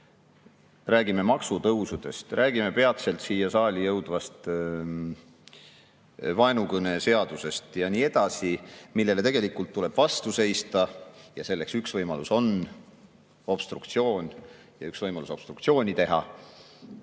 Räägime maksutõusudest, räägime peatselt siia saali jõudvast vaenukõneseadusest ja nii edasi, millele tegelikult tuleb vastu seista, ja üks võimalus selleks on obstruktsioon. Ja üks võimalus obstruktsiooni teha